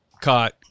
caught